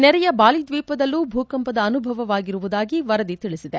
ನೆರೆಯ ಬಾಲಿ ದ್ವೀಪದಲ್ಲೂ ಭೂಕಂಪದ ಅನುಭವವಾಗಿರುವುದಾಗಿ ವರದಿ ತಿಳಿಸಿದೆ